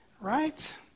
right